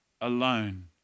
alone